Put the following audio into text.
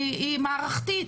היא מערכתית,